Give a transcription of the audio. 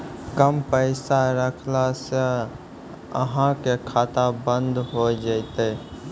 कम पैसा रखला से अहाँ के खाता बंद हो जैतै?